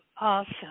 awesome